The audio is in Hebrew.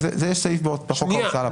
לזה יש סעיף בחוק ההוצאה לפועל.